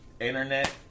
Internet